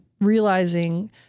realizing